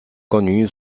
connue